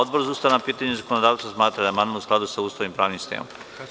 Odbor za ustavna pitanja i zakonodavstvo smatra da je amandman u skladu sa Ustavom i pravnim sistemom.